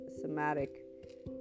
somatic